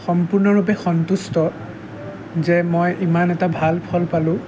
সম্পূৰ্ণৰূপে সন্তোষ্ট যে মই ইমান এটা ভাল ফল পালো